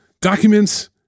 documents